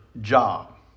job